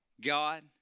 God